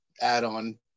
add-on